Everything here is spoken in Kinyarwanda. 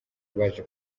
baje